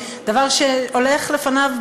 דבר שהולך לפניו,